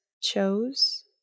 chose